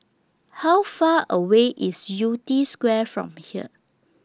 How Far away IS Yew Tee Square from here